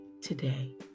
today